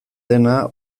dena